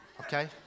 Okay